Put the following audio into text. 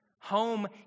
Home